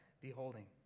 beholding